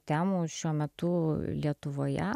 temų šiuo metu lietuvoje